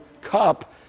cup